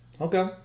Okay